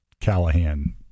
Callahan